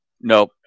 Nope